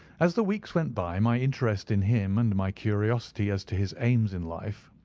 as the weeks went by, my interest in him and my curiosity as to his aims in life,